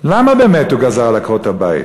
למה באמת הוא גזר על עקרות-הבית?